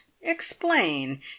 explain